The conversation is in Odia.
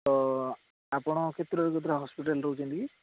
ତ ଆପଣ କେତେଟାରୁ କେତେଟା ହସ୍ପିଟାଲ୍ରେ ରହୁଛନ୍ତି କି